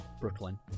Brooklyn